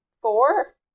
four